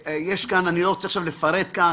אני לא רוצה לפרט כאן,